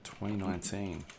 2019